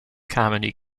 comedy